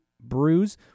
bruise